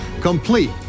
complete